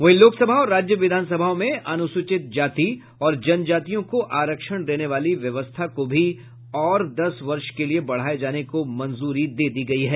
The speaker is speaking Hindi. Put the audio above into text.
वहीं लोकसभा और राज्य विधानसभाओं में अनुसूचित जाति और जनजातियों को आरक्षण देने वाली व्यवस्था को भी और दस वर्ष के लिए बढ़ाए जाने को मंजूरी दे दी है